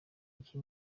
iki